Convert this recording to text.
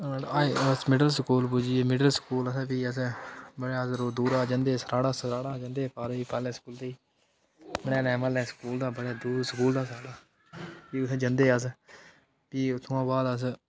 high school middle school पुज्जी गे middle school असें भी असें बड़े अस दूरा जंदे हे सराढ़ा सराढ़ा जंदे हे पारे ई पारले स्कूलै ई मरैह्लें म्हल्ले स्कूल हा बड़ा दूर स्कूल हा साढ़ा भी उत्थें जंदे हे अस भी उत्थुआं बाद अस